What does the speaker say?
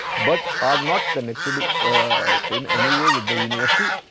but are not connected a in any way with the university.